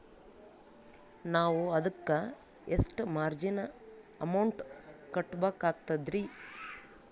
ನಾವು ಅದಕ್ಕ ಎಷ್ಟ ಮಾರ್ಜಿನ ಅಮೌಂಟ್ ಕಟ್ಟಬಕಾಗ್ತದ್ರಿ?